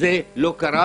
וזה לא קרה,